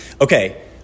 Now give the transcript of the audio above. Okay